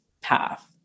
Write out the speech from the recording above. path